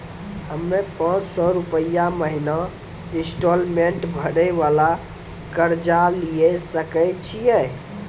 हम्मय पांच सौ रुपिया महीना इंस्टॉलमेंट भरे वाला कर्जा लिये सकय छियै?